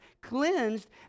cleansed